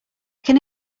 can